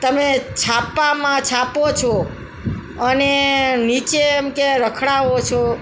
તમે છાપામાં છાપો છો અને નીચે એમ કે રખડાવો છો